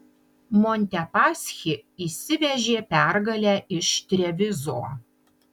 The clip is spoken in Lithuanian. montepaschi išsivežė pergalę iš trevizo